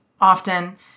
often